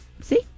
See